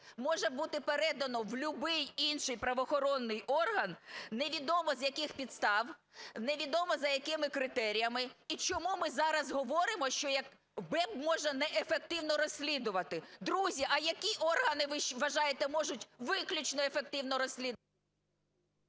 може бути передано в любий інший правоохоронний орган невідомо з яких підстав, невідомо за якими критеріями. І чому ми зараз говоримо, що БЕБ може неефективно розслідувати? Друзі, а які органи, ви вважаєте, можуть виключно ефективно розслідувати?